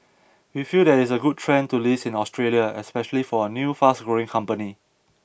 we feel that it is a good trend to list in Australia especially for a new fast growing company